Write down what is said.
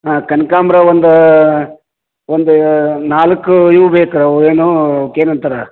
ಹಾಂ ಕನಕಾಂಬ್ರ ಒಂದು ಒಂದು ನಾಲ್ಕು ಇವು ಬೇಕು ಅವು ಏನೂ ಅವಕ್ಕೆ ಏನಂತಾರೆ